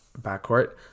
backcourt